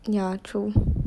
yeah true